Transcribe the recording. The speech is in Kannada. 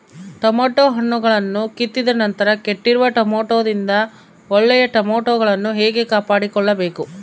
ಟೊಮೆಟೊ ಹಣ್ಣುಗಳನ್ನು ಕಿತ್ತಿದ ನಂತರ ಕೆಟ್ಟಿರುವ ಟೊಮೆಟೊದಿಂದ ಒಳ್ಳೆಯ ಟೊಮೆಟೊಗಳನ್ನು ಹೇಗೆ ಕಾಪಾಡಿಕೊಳ್ಳಬೇಕು?